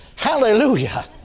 Hallelujah